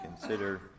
consider